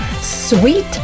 Sweet